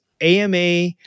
AMA